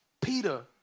Peter